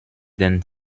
den